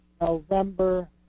November